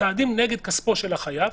צעדים נגד כספו של החייב,